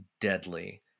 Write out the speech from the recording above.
deadly